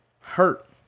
hurt